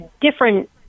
different